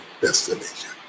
destination